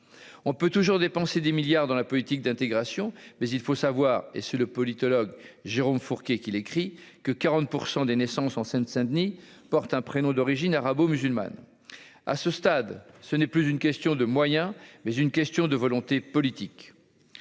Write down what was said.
on peut toujours dépenser des milliards dans la politique d'intégration, mais il faut savoir et c'est le politologue Jérôme Fourquet qu'il écrit que 40 % des naissances en Seine Saint-Denis porte un prénom d'origine arabo-musulmane à ce stade, ce n'est plus une question de moyens, mais une question de volonté politique,